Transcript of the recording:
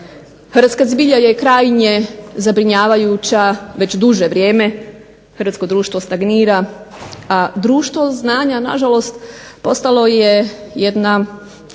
Hrvatska zbilja je krajnje zabrinjavajuća već duže vrijeme, Hrvatsko društvo stagnira, a društvo znanja na žalost postalo je jedna